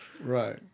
right